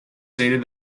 stated